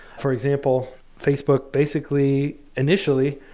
for example, facebook, basically, initially,